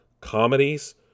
comedies